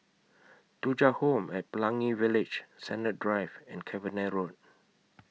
Thuja Home At Pelangi Village Sennett Drive and Cavenagh Road